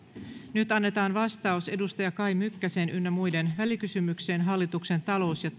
nyt annetaan vastaus edustaja kai mykkäsen ynnä muiden välikysymykseen yksi hallituksen talous ja